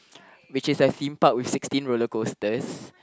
which is a Theme Park with sixteen roller coasters